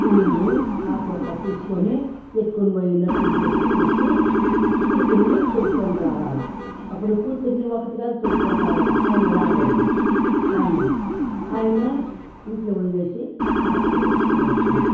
పూలు ఆకువక్క తీసుకొని ఎత్తుకొనిపోయున్నట్టు ఇంట్లో పెట్టేసి కూతుర్ని తొడుక్కొని రావాల అప్పుడు కూతుర్ని ఒకటిగా తొడుక్కొని రావల ఆయన రాకూడదు సాంగ్యము ఆయన ఇంట్లో వదిలేసి పాపను తొడుక్కొని వస్తారు